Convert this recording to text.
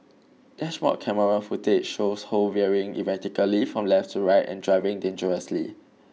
dashboard camera footage shows Ho veering erratically from left to right and driving dangerously